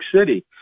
City